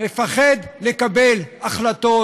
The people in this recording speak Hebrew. מפחד לקבל החלטות.